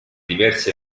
diversi